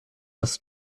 das